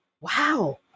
wow